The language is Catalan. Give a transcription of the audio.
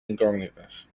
incògnites